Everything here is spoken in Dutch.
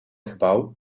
gebouw